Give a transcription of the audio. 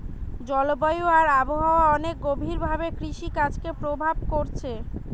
জলবায়ু আর আবহাওয়া অনেক গভীর ভাবে কৃষিকাজকে প্রভাব কোরছে